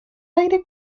aire